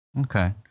Okay